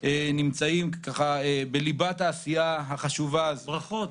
שנמצאים אתנו: רוטמן,